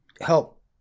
help